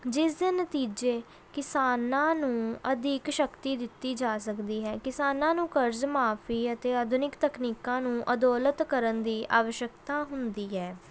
ਜਿਸ ਦੇ ਨਤੀਜੇ ਕਿਸਾਨਾਂ ਨੂੰ ਅਧਿਕ ਸ਼ਕਤੀ ਦਿੱਤੀ ਜਾ ਸਕਦੀ ਹੈ ਕਿਸਾਨਾਂ ਨੂੰ ਕਰਜ਼ ਮੁਆਫੀ ਅਤੇ ਆਧੁਨਿਕ ਤਕਨੀਕਾਂ ਨੂੰ ਅਦੌਲਤ ਕਰਨ ਦੀ ਆਵਸ਼ਕਤਾ ਹੁੰਦੀ ਹੈ